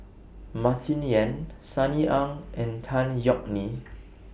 Martin Yan Sunny Ang and Tan Yeok Nee